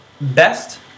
Best